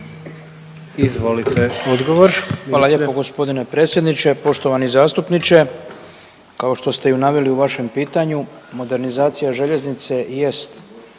Oleg (HDZ)** Hvala lijepo gospodine predsjedniče. Poštovani zastupniče kao što ste i naveli u vašem pitanju modernizacija željeznice jest